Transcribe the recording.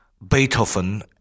Beethoven